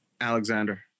Alexander